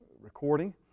recording